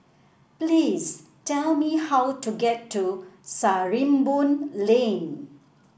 please tell me how to get to Sarimbun Lane